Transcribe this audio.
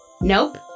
Nope